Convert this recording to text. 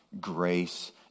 grace